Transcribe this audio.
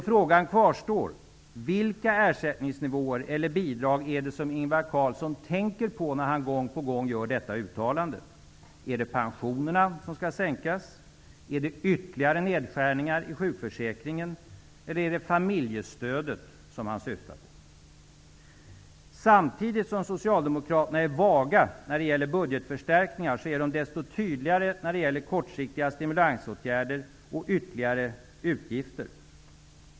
Frågan kvarstår: Vilka ersättningsnivåer eller bidrag är det som Ingvar Carlsson tänker på när han gång på gång gör detta uttalande? Är det pensionerna som skall sänkas? Är det ytterligare nedskärningar i sjukförsäkringen som avses? Eller är det familjestödet som han syftar på? Samtidigt som Socialdemokraterna är vaga när det gäller budgetförstärkningar är de desto tydligare när det gäller kortsiktiga stimulansåtgärder och ytterligare utgifter.